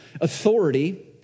authority